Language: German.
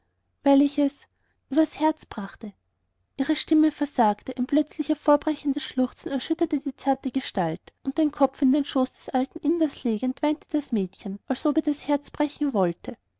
weil ich es übers herz brachte ihre stimme versagte ein plötzlich hervorbrechendes schluchzen erschütterte ihre zarte gestalt und den kopf in den schoß des alten inders legend weinte das mädchen als ob ihr das herz brechen wollte